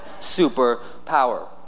superpower